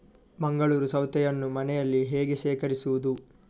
ಮಂಗಳೂರು ಸೌತೆಯನ್ನು ಮನೆಯಲ್ಲಿ ಹೇಗೆ ಶೇಖರಿಸುವುದು?